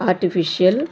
artificial